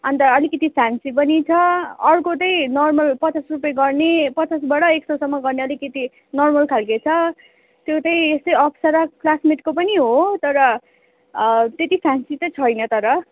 अन्त अलिकति फ्यान्सी पनि छ अर्को चाहिँ नर्मल पचास रुपियाँ गर्ने पचासबाट र एक सयसम्म गर्ने अलिकति नर्मल खालको छ त्यो चाहिँ यस्तै अप्सरा क्लासमेटको पनि हो तर त्यति फ्यान्सी चाहिँ छैन तर